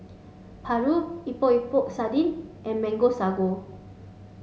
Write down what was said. Paru Epok Epok Sardin and mango Sago